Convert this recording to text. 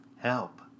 help